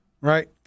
right